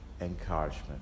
encouragement